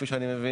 כפי שאני מבין,